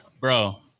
Bro